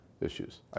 issues